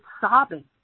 sobbing